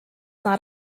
not